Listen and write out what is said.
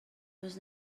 was